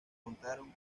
contaron